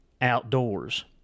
outdoors